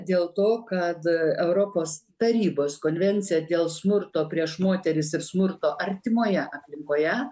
dėl to kad europos tarybos konvencija dėl smurto prieš moteris ir smurto artimoje aplinkoje